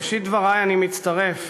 בראשית דברי אני מצטרף